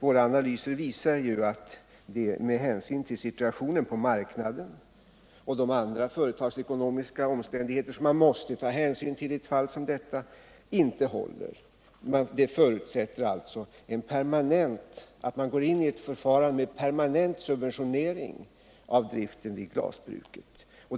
Våra analyser visar att det, med hänsyn till situationen på marknaden och de andra företagsekonomiska omständigheter man måste beakta i ett fall som detta, inte håller. Det förutsätter alltså att man går in i ett förfarande med permanent subventionering av driften vid glasbruket.